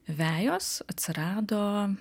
vejos atsirado